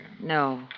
No